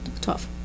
Twelve